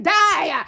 die